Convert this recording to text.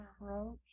approach